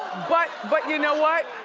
but but, you know what?